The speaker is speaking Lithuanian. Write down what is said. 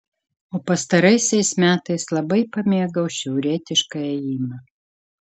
o pastaraisiais metais labai pamėgau šiaurietišką ėjimą